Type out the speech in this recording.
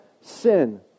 sin